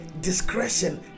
discretion